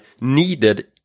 needed